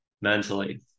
mentally